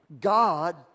God